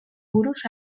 buruz